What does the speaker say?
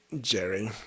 Jerry